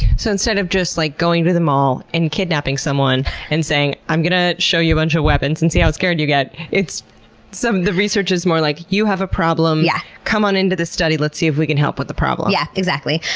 so instead of just like going to the mall and kidnapping someone and saying, i'm gonna show you a bunch of weapons and see how scared you get. the research is more like, you have a problem. yeah come on into this study, let's see if we can help with the problem. yeah, exactly.